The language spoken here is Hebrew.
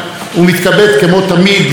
להיות בבית הזה,